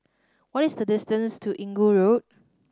what is the distance to Inggu Road